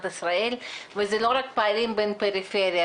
ישראל וזה לא רק פערים בין פריפריה,